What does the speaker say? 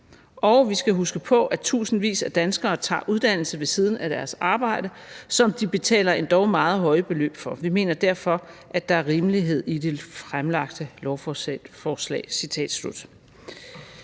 vi huske på, at tusindvis af danskere tager uddannelse ved siden af deres arbejde, som de betaler endog meget høje beløb for. Vi mener derfor, der er rimelighed i det fremlagte lovforslag.«